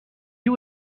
you